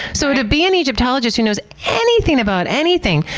so, to be an egyptologist who knows anything about anything,